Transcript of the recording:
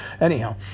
Anyhow